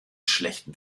schlechten